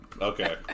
Okay